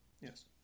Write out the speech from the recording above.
yes